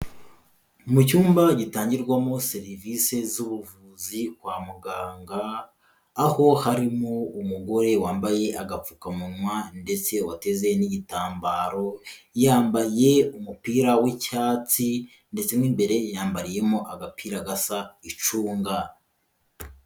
Mu cyumba gitangirwamo serivisi z'ubuvuzi kwa muganga, aho harimo umugore wambaye agapfukamunwa ndetse wateze n'igitambaro, yambaye umupira w'icyatsi ndetse mo imbere yambariyemo agapira gasa icunga.